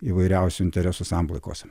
įvairiausių interesų samplaikos